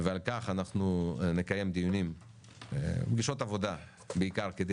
ועל כך אנחנו נקיים דיונים בשעות העבודה בעיקר כדי